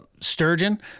sturgeon